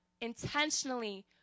intentionally